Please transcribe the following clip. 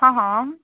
हँ हँ